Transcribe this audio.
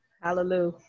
Hallelujah